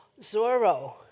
Zorro